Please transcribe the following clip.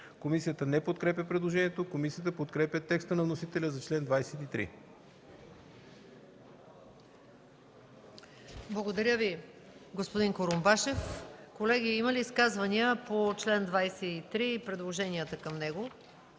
Комисията не подкрепя предложението. Комисията подкрепя текста на вносителя за чл. 23. ПРЕДСЕДАТЕЛ МАЯ МАНОЛОВА: Благодаря Ви, господин Курумбашев. Колеги, има ли изказвания по чл. 23 и предложенията към него?